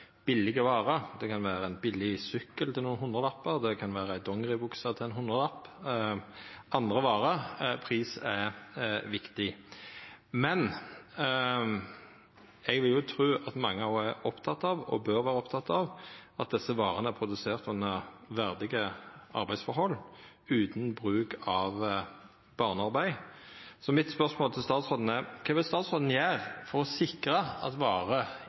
billige varer. Det kan vera ein billig sykkel til nokre hundrelappar. Det kan vera ei dongeribukse til ein hundrelapp eller andre varer. Pris er viktig. Men eg vil tru at mange også er opptekne av – og bør vera opptekne av – at desse varene er produserte under verdige arbeidsforhold utan bruk av barnearbeid. Så mitt spørsmål til statsråden er: Kva vil statsråden gjera for å sikra at varer